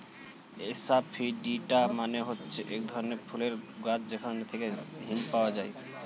asafoetida মানে হচ্ছে এক ধরনের ফুলের গাছ যেখান থেকে হিং পাওয়া যায়